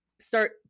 start